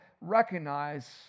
recognize